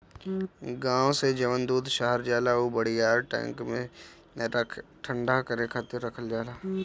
गाँव से जवन दूध शहर जाला उ बड़ियार टैंक में ठंडा रखे खातिर रखल जाला